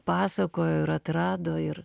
pasakojo ir atrado ir